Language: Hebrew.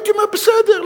הייתי אומר: בסדר,